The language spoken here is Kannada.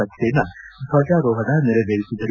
ಸಕ್ಸೆನಾ ಧ್ವಜಾರೋಹಣ ನೆರವೇರಿಸಿದರು